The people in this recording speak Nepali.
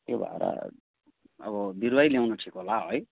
त्यो भएर अब बिरुवै ल्याउनु ठिक होला है